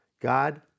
God